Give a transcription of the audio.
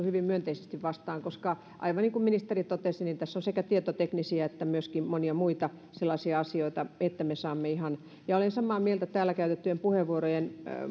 hyvin myönteisesti vastaan koska aivan niin kuin ministeri totesi tässä on sekä tietoteknisiä että myöskin monia muita asioita ja olen samaa mieltä täällä käytettyjen puheenvuorojen